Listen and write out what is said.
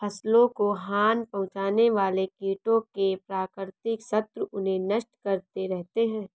फसलों को हानि पहुँचाने वाले कीटों के प्राकृतिक शत्रु उन्हें नष्ट करते रहते हैं